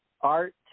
art